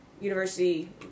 University